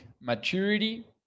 maturity